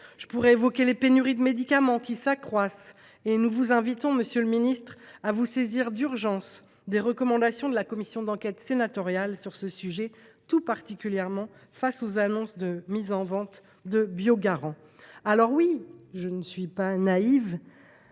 Je pourrais évoquer les pénuries de médicaments, qui s’accroissent. D’ailleurs, nous vous invitons, monsieur le ministre, à vous saisir d’urgence des recommandations de la commission d’enquête sénatoriale sur ce sujet, tout particulièrement face aux annonces de mise en vente de Biogaran. Certes – je ne suis pas naïve,